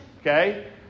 Okay